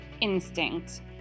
instinct